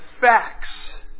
facts